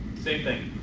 same thing,